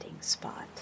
spot